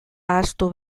ahaztu